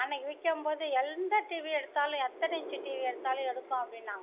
அன்னைக்கு விற்கம்போது எந்த டிவி எடுத்தாலும் எத்தனை இன்ச்சு டிவி எடுத்தாலும் எடுக்கும் அப்படின்னாங்க